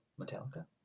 Metallica